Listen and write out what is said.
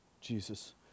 Jesus